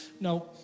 no